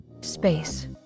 Space